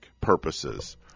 purposes